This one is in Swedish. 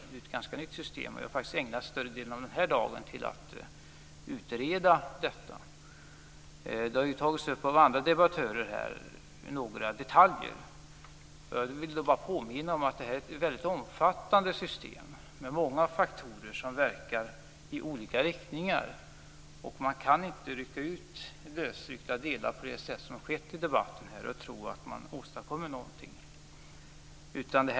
Det är ju ett ganska nytt system. Jag har faktiskt ägnat större delen av den här dagen åt att utreda detta. Några detaljer har ju tagits upp av andra debattörer här. Jag vill bara påminna om att de här är ett väldigt omfattande system med många faktorer som verkar i olika riktningar. Man kan inte rycka ut vissa delar på det sätt som har skett i debatten här och tro att man åstadkommer något.